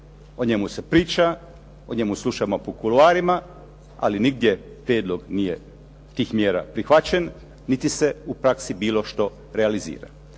o njemu se priča, o njemu slušamo po kuloarima ali nigdje prijedlog nije tih mjera prihvaćen niti se u praksi bilo što realizira.